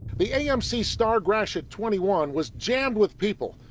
the amc star gratiot twenty one was jammed with people.